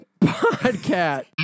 podcast